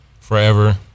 forever